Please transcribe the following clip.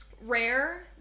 rare